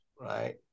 right